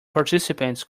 participants